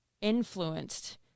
influenced